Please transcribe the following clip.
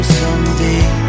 someday